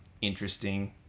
interesting